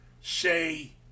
say